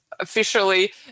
officially